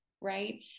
Right